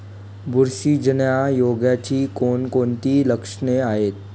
बुरशीजन्य रोगाची कोणकोणती लक्षणे आहेत?